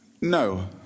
No